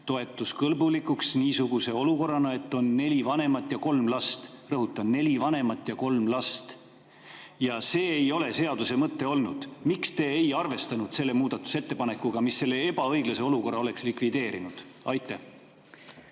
toetuskõlbulikuks niisuguse olukorrana, et on neli vanemat ja kolm last. Rõhutan: neli vanemat ja kolm last! Ja see ei ole seaduse mõte olnud. Miks te ei arvestanud selle muudatusettepanekuga, mis selle ebaõiglase olukorra oleks likvideerinud? Aitäh